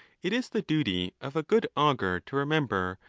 it is the duty of a good augur to remember,